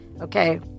Okay